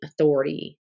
authority